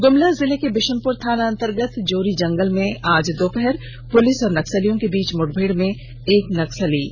गुमला जिले के विशुनपुर थाना अंतर्गत जोरी जंगल में आज दोपहर पुलिस और नक्सलियों के बीच मुठभेड़ में एक नक्सली मारा गया